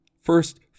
first